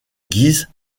guise